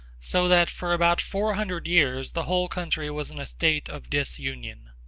so that for about four hundred years the whole country was in a state of disunion.